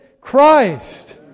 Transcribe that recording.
Christ